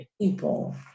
People